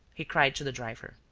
he cried to the driver.